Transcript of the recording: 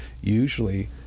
usually